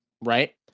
right